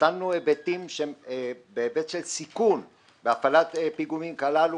נתנו היבטים שהם בהיבט של סיכון בהפעלת הפיגומים הללו,